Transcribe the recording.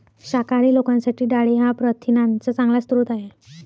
शाकाहारी लोकांसाठी डाळी हा प्रथिनांचा चांगला स्रोत आहे